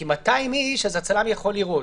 כי 200 איש אז הצלם יכול לראות.